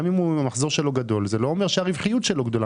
גם אם המחזור שלו גדול זה לא אומר שהרווחיות שלו גדולה.